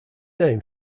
name